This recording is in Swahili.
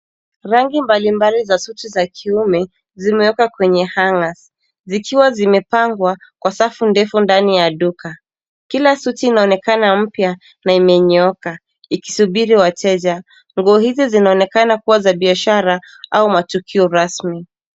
Rangi mbali mbali za suti za kiume, zimeekwa kwenye hangers . Zikiwa zimepangwa kwa safu ndefu ndani ya duka. Kila suti inaonekana mpya na imenyooka, ikisubiri wateja. Nguo hizi zinaonekana kua za biashara au matukio rasmi.